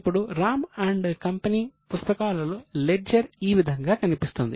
ఇప్పుడు Ram and company పుస్తకాలలో ledger ఈ విధంగా కనిపిస్తుంది